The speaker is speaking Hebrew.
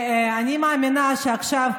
אני מאמינה שעכשיו,